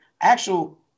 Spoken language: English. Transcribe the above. actual